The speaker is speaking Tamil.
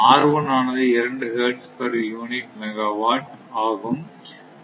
ஆனது 2 ஹெர்ட்ஸ் பெர் யூனிட் மெகாவாட் ஆகும்